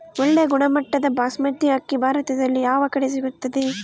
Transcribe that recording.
ಒಳ್ಳೆ ಗುಣಮಟ್ಟದ ಬಾಸ್ಮತಿ ಅಕ್ಕಿ ಭಾರತದಲ್ಲಿ ಯಾವ ಕಡೆ ಸಿಗುತ್ತದೆ?